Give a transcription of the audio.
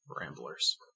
ramblers